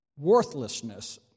worthlessness